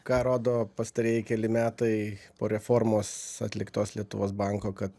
ką rodo pastarieji keli metai po reformos atliktos lietuvos banko kad